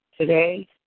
today